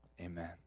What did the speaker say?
Amen